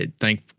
thank